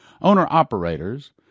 owner-operators